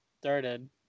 started